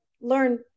learn